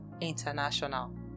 International